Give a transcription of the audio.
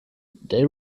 they